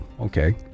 okay